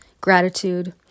gratitude